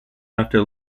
after